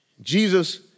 Jesus